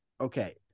Okay